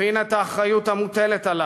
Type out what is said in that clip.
הבין את האחריות המוטלת עליו.